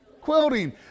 quilting